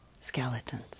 skeletons